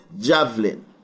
javelin